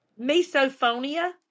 Misophonia